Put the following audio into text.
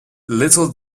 little